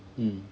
mm